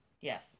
Yes